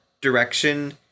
Direction